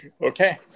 okay